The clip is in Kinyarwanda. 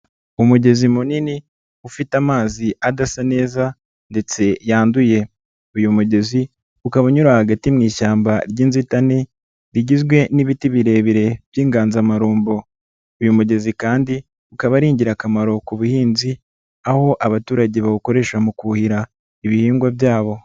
Umugezi munini ufite amazi adasa neza ndetse yanduye, uyu mugezi ukaba unyura hagati mu ishyamba ry'inzitane rigizwe n'ibiti birebire by'inganzamarumbo, uyu mugezi kandi ukaba ari ingirakamaro ku buhinzi aho abaturage bawukoresha mu kuhira ibihingwa byabo.